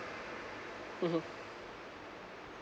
mmhmm